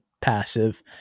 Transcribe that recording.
passive